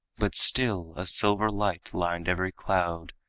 but still a silver light lined every cloud,